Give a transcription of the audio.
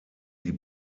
die